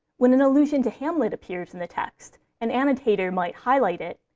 when an allusion to hamlet appears in the text, an annotator might highlight it,